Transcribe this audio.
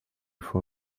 for